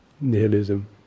nihilism